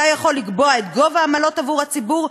אתה יכול לקבוע את גובה העמלות עבור הציבור,